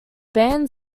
band